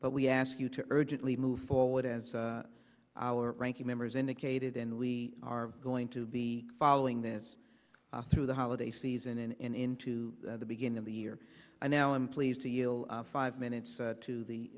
but we ask you to urgently move forward as our ranking members indicated and we are going to be following this through the holiday season and into the beginning of the year and now i'm pleased to yield five minutes to the